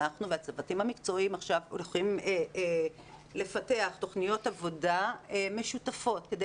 והצוותים המקצועיים עכשיו הולכים לפתח תכניות עבודה משותפות כדי